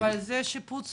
יש שיפוץ